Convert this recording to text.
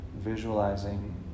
visualizing